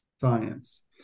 science